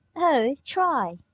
oh! try!